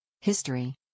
History